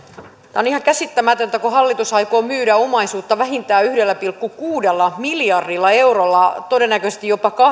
on ihan käsittämätöntä hallitus aikoo myydä omaisuutta vähintään yhdellä pilkku kuudella miljardilla eurolla todennäköisesti jopa kahdella